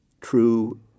true